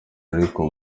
ariko